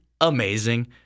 amazing